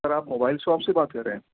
سر آپ mobile shop سے بات کر رہے ہیں